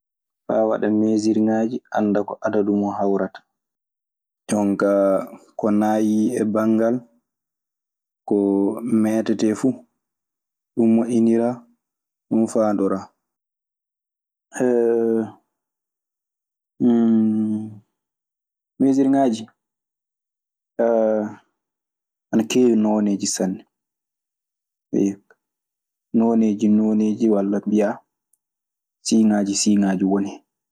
Faa waɗa meesirŋaaji annda ko adadu mum hawrata. Jon kaa ko naayi e banngal ko meetetee fu. Ɗun moƴƴiniraa. Ɗun faandoraa. Meesirŋaaji ana keewi nooneeji sanne, eyyo. Nooneeji nooneeji walla mbiyaa siiŋaaji siiŋaaji woni hen.